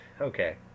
okay